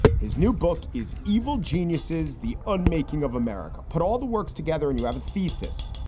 his new book is evil geniuses the unmaking of america put all the works together and you have a thesis.